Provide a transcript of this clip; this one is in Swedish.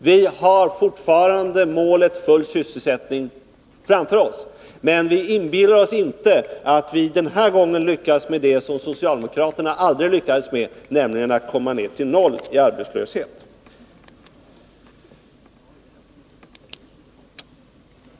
Vi har fortfarande målet full sysselsättning framför oss, men vi inbillar oss inte att vi den här gången skulle lyckas med det som socialdemokraterna aldrig lyckades med, nämligen att komma ner till siffran 0 i arbetslöshet.